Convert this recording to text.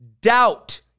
Doubt